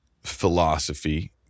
philosophy